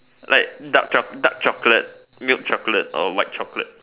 like dark choc~ dark chocolate milk chocolate or white chocolate